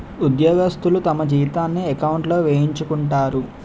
ఉద్యోగస్తులు తమ జీతాన్ని ఎకౌంట్లో వేయించుకుంటారు